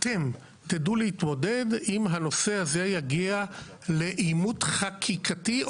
אתם תדעו להתמודד אם הנושא הזה יגיע לעימות חקיקתי,